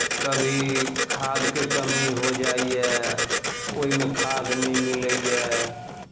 कभी खादके कमी होइ जाइए ओहिमे खाद नहि मिलैए